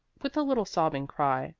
with a little sobbing cry,